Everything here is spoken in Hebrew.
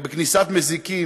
בכניסת מזיקים,